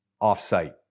off-site